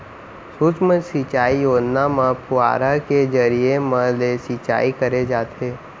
सुक्ष्म सिंचई योजना म फुहारा के जरिए म ले सिंचई करे जाथे